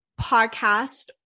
podcast